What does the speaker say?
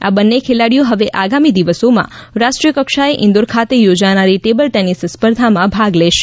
આ બંને ખેલાડીઓ હવે આગામી દિવસામાં રાષ્ટ્રીય કક્ષાએ ઇંદોર ખાતે યોજાનારી ટેબલ ટેનિસ સ્પર્ધામાં ભાગ લેશે